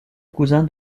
cousin